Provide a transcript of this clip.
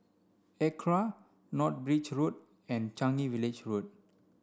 ACRA North Bridge Road and Changi Village Road